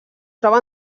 troba